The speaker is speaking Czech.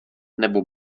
nebo